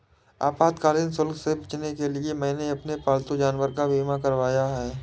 आपातकालीन शुल्क से बचने के लिए मैंने अपने पालतू जानवर का बीमा करवाया है